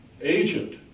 agent